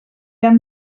han